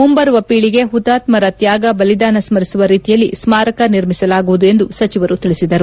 ಮುಂಬರುವ ಪೀಳಿಗೆ ಪುತಾತ್ಮರ ತ್ಯಾಗ ಬಲಿದಾನ ಸ್ಮರಿಸುವ ರೀತಿಯಲ್ಲಿ ಸ್ಮಾರಕ ನಿರ್ಮಿಸಲಾಗುವುದು ಎಂದು ಸಚಿವರು ತಿಳಿಸಿದರು